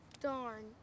darn